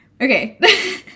Okay